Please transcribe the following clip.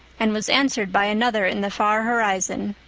and was answered by another in the far horizon.